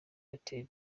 airtel